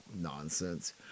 nonsense